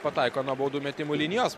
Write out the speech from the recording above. pataiko nuo baudų metimų linijos